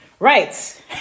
Right